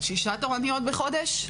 כשהייתי עוד בחופשת לידה והגעתי רק לתורנויות,